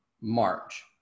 march